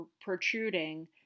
protruding